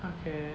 okay